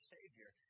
Savior